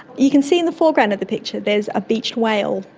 you can see in the foreground of the picture there is a beached whale,